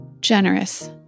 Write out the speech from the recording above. generous